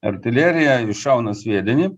artilerija iššauna sviedinį